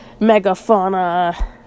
Megafauna